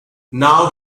now